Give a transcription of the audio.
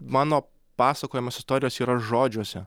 mano pasakojamos istorijos yra žodžiuose